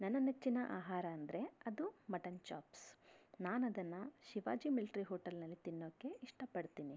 ನನ್ನ ನೆಚ್ಚಿನ ಆಹಾರ ಅಂದರೆ ಅದು ಮಟನ್ ಚಾಪ್ಸ್ ನಾನು ಅದನ್ನು ಶಿವಾಜಿ ಮಿಲ್ಟ್ರೀ ಹೋಟಲ್ನಲ್ಲಿ ತಿನ್ನೋಕ್ಕೆ ಇಷ್ಟಪಡ್ತೀನಿ